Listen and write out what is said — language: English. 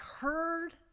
heard